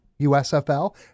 USFL